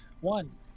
One